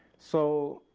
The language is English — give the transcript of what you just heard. so